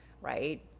right